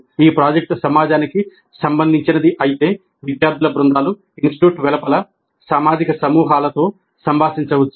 ఈ ప్రాజెక్ట్ సమాజానికి సంబంధించినది అయితే విద్యార్థుల బృందాలు ఇన్స్టిట్యూట్ వెలుపల సామాజిక సమూహాలతో సంభాషించవచ్చు